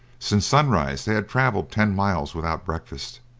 since sunrise they had travelled ten miles without breakfast,